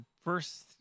first